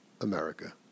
America